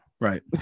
right